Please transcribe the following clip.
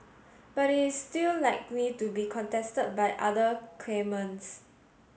but it is still likely to be contested by other claimants